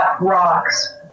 rocks